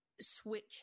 switch